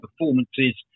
performances